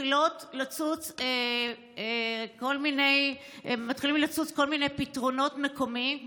מתחילים לצוץ כל מיני פתרונות מקומיים,